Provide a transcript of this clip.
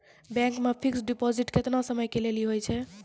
Bank मे fixed deposit केतना समय के लेली होय छै?